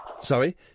Sorry